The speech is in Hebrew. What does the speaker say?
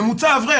ממוצע אברך,